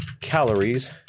calories